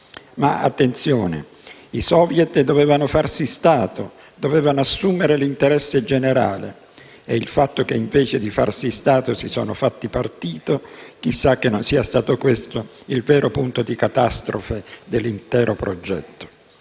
Ma, attenzione, i *soviet* dovevano farsi Stato, dovevano assumere l'interesse generale. E il fatto che invece di farsi Stato si sono fatti partito, chissà che non sia stato questo il vero punto di catastrofe dell'intero progetto.